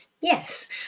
yes